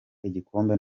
igikombe